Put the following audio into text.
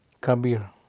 Kabir